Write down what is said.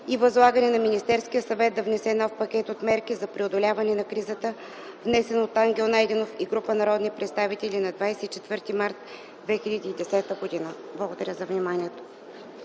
и възлагане на Министерския съвет да внесе нов пакет от мерки за преодоляване на кризата, внесен от Ангел Найденов и група народни представители на 24.03.2010 г.” Благодаря за вниманието.